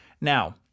Now